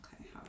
Okay